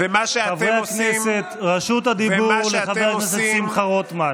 חברי הכנסת, רשות הדיבור לחבר הכנסת שמחה רוטמן.